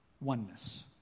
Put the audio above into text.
oneness